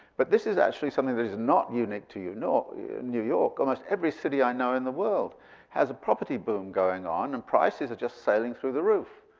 but this is actually something that is not unique to you know new york, almost every city i know in the world has a property boom going on, and prices are just sailing through the roof.